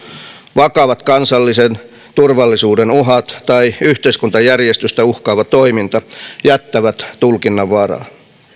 vakavat kansallisen turvallisuuden uhat tai yhteiskuntajärjestystä uhkaava toiminta jättävät tulkinnanvaraa